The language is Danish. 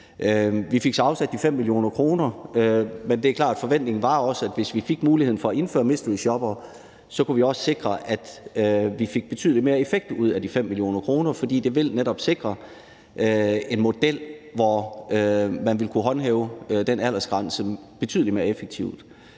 Vi fik så afsat de 5 mio. kr., men det er klart, at forventningen var, at hvis vi fik muligheden for at indføre mysteryshoppere, så kunne vi også sikre, at vi fik betydelig mere effekt ud af de 5 mio. kr. For det vil netop sikre en model, hvor man vil kunne håndhæve den aldersgrænse betydelig mere effektivt.